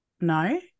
no